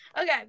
okay